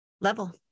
level